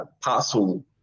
parcel